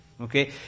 Okay